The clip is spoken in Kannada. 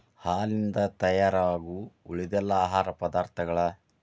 ಹಾಲಿನಿಂದ ತಯಾರಾಗು ಉಳಿದೆಲ್ಲಾ ಆಹಾರ ಪದಾರ್ಥಗಳ